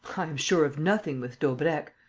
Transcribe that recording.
i am sure of nothing with daubrecq.